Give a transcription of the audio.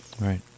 Right